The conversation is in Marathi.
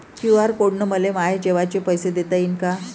क्यू.आर कोड न मले माये जेवाचे पैसे देता येईन का?